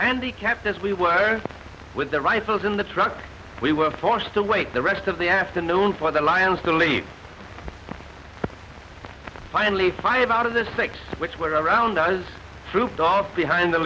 handicapped as we were with the rifles in the truck we were forced to wait the rest of the afternoon for the lions to lead finally five out of the six which were around does trooped off behind the